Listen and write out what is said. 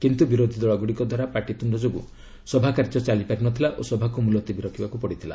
କିନ୍ତୁ ବିରୋଧୀ ଦଳଗୁଡ଼ିକ ଦ୍ୱାରା ପାଟିତ୍ରୁଣ୍ଡ ଯୋଗୁଁ ସଭା କାର୍ଯ୍ୟ ଚାଲିପାରିନଥିଲା ଓ ସଭାକୁ ମୁଲତବୀ ରଖିବାକୁ ପଡ଼ିଥିଲା